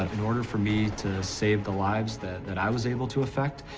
in order for me to save the lives that, that i was able to affect,